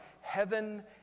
heaven